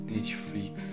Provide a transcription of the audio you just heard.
Netflix